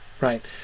right